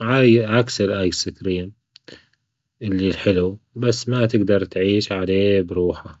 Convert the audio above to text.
عكس الآيس كريم الي حلو بس ماتجدر تعيش عليه بروحه.